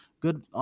good